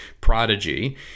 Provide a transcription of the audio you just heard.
Prodigy